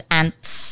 ants